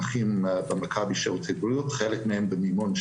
מישהו צריך לפצות על הפער בין 8:00 ל-12:00.